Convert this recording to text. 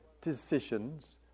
decisions